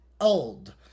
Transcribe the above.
old